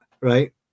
right